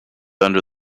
under